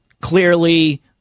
clearly